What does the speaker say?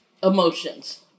emotions